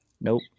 Nope